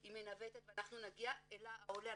שהיא מנווטת ואנחנו נגיע אל העולה,